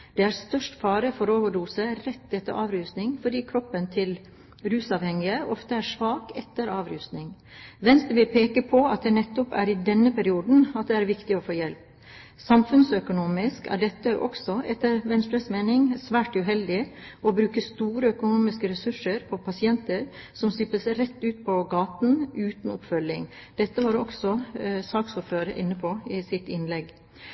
Det er størst fare for overdose rett etter avrusning fordi kroppen til rusavhengige ofte er svak etter avrusningen. Venstre vil peke på at det nettopp er i denne perioden det er viktig å få hjelp. Samfunnsøkonomisk er det også, etter Venstres mening, svært uheldig å bruke store økonomiske ressurser på pasienter som slippes rett ut på gaten uten oppfølging. Dette var også saksordfører inne på i sitt innlegg.